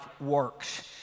works